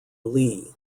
lee